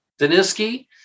Daniski